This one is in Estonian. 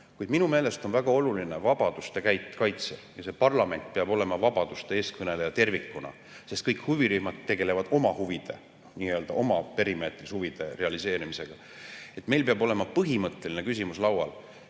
Kuid minu meelest on väga oluline vabaduste kaitse. Parlament peab olema vabaduste eestkõneleja tervikuna, sest kõik huvirühmad tegelevad oma huvide, oma perimeetris olevate huvide realiseerimisega. Meil peab laual olema põhimõtteline küsimus,